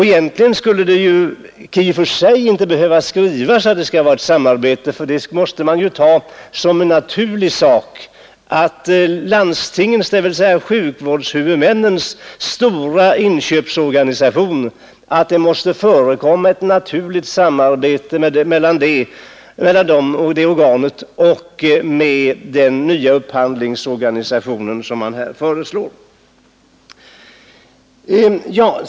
Egentligen skulle det ju i och för sig inte behöva skrivas att det skall vara ett samarbete, för det måste man ju ta som en naturlig sak att ett samarbete förekommer mellan landstingens, dvs. sjukvårdshuvudmännens, stora inköpsorganisation och den nya upphandlingsorganisation som man här föreslår.